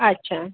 अच्छा